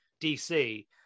DC